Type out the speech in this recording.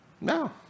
No